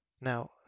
Now